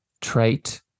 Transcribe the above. trait